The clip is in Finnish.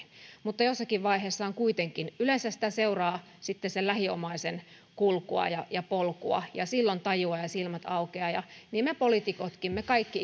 mutta jossakin vaiheessa kuitenkin täytyy yleensä sitä seuraa sitten sen lähiomaisen kulkua ja ja polkua ja silloin tajuaa ja silmät aukeavat ja niin me poliitikotkin me kaikki